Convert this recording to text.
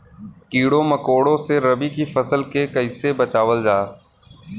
कीड़ों मकोड़ों से रबी की फसल के कइसे बचावल जा?